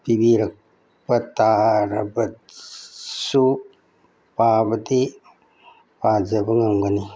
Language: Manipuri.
ꯄꯤꯕꯤꯔꯛꯄ ꯇꯥꯔꯒꯁꯨ ꯄꯥꯕꯗꯤ ꯄꯥꯖꯕ ꯉꯝꯒꯅꯤ